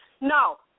No